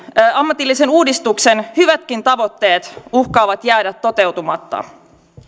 ammatillisen uudistuksen hyvätkin tavoitteet uhkaavat jäädä toteutumatta